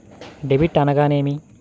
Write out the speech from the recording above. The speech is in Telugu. డెబిట్ అనగానేమి?